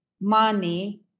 money